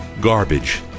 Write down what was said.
Garbage